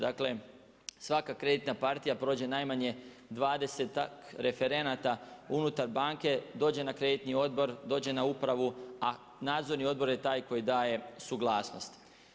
Dakle, svaka kreditna partija prođe najmanje 20-tak referenata unutar banke, dođe na kreditni odbor, dođe na upravu, a Nadzorni odbor je taj koji daje suglasnost.